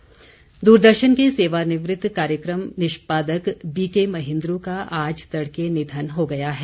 निधन दूरदर्शन के सेवानिवृत कार्यक्रम निष्पादक बीके महेन्द्र का आज तड़के निधन हो गया है